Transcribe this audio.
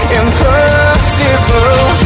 impossible